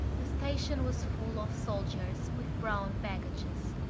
the station was full of soldiers with brown baggages.